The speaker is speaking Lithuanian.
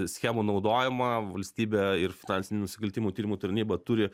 schemų naudojimą valstybė ir finansinių nusikaltimų tyrimų tarnyba turi